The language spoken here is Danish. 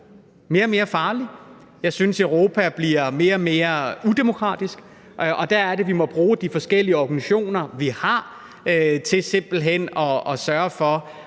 mere og mere farligt. Jeg synes, at Europa bliver mere og mere udemokratisk. Og der er det, vi må bruge de forskellige organisationer, vi har, til simpelt hen at sørge for